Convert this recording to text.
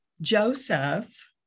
Joseph